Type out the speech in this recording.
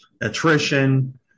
attrition